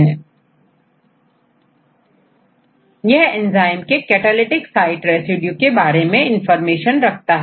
किंतु इस एटलस में सभी एंजाइम्स की कैटालिटिक साइट के बारे में इंफॉर्मेशन उपलब्ध है